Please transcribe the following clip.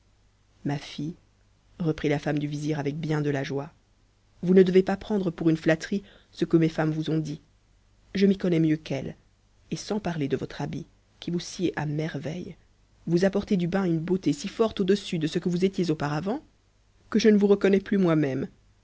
ma fille reprit la femme du vizir avec bien de la joie vous ne de pas prendre pour une flatterie ce que mes femmes vous ont dit je connais mieux qu'elles et sans parler de votre habit qui vous sied a merveille vous apportez du bain une beauté si fort au-dessus de ce que vous étiez auparavant que je ne vous reconnais plus moi-même